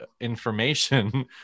information